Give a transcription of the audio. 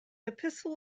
epistle